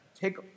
Take